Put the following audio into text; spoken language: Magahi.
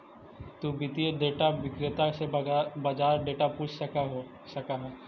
तु वित्तीय डेटा विक्रेता से बाजार डेटा पूछ सकऽ हऽ